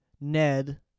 Ned